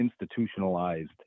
institutionalized